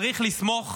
צריך לסמוך